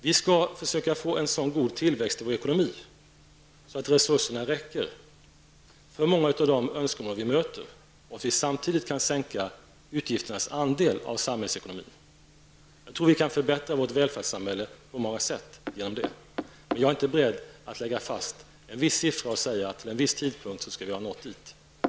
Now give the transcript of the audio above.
Vi skall försöka få en så god tillväxt i vår ekonomi att resurserna räcker för många av de önskemål vi möter -- och att vi samtidigt kan sänka utgifternas andel av samhällsekonomin. Jag tror att vi därigenom kan förbättra vårt välfärdssamhälle på många sätt. Men jag är inte beredd att lägga fast en viss siffra och säga att vid en viss tidpunkt skall vi ha nått dit.